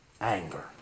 anger